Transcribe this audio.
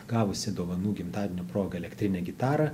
gavusi dovanų gimtadienio proga elektrinę gitarą